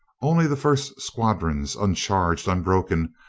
only the first squadrons, uncharged, un broken,